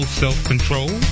self-control